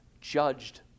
judged